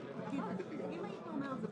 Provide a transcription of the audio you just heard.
אני כבר אומר לכל